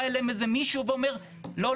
בא אליהם איזה מישהו ואומר 'לא,